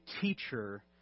teacher